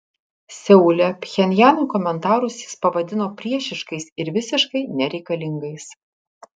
seule pchenjano komentarus jis pavadino priešiškais ir visiškai nereikalingais